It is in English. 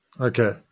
Okay